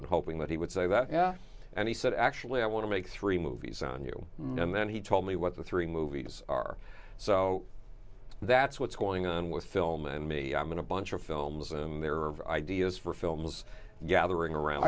of hoping that he would say that yeah and he said actually i want to make three movies on you know and then he told me what the three movies are so that's what's going on with film and me i'm in a bunch of films and there are ideas for films gathering around